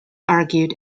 argued